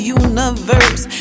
universe